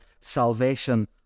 salvation